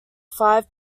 five